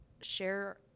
share